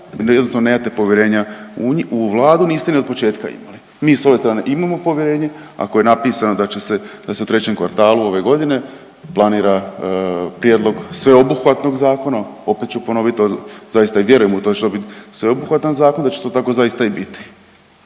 jednostavno nemate povjerenja u Vladu, niste ni od početka imali, mi s ove strane imamo povjerenje, ako je napisano da će se, da se u 3. kvartalu ove godine planira prijedlog sveobuhvatnog zakona, opet ću ponovit, zaista i vjerujem u to da će to bit sveobuhvatan zakon, da će to tako zaista i biti